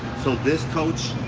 so this coach,